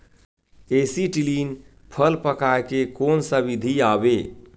Acetylene फल पकाय के कोन सा विधि आवे?